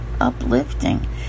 uplifting